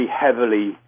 heavily